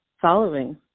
following